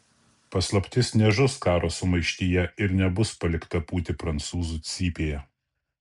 paslaptis nežus karo sumaištyje ir nebus palikta pūti prancūzų cypėje